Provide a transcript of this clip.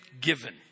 given